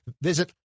Visit